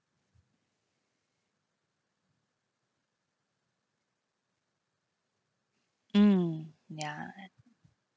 mm ya